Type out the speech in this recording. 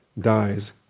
dies